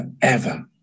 forever